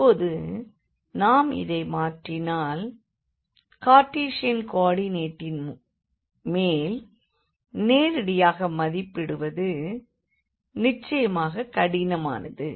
இப்போது நாம் இதை மாற்றினால் கார்டீசன் கோ ஆர்டினேட்டின் மேல் நேரடியாக மதிப்பிடுவது நிச்சயமாகவே கடினமானது